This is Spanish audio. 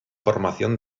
formación